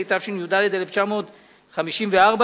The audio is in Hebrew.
התשי"ד 1954,